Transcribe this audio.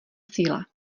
síle